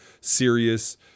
serious